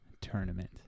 tournament